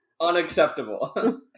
unacceptable